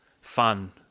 fun